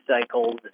cycles